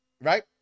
right